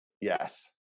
yes